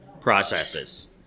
processes